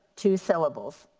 two syllables.